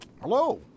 Hello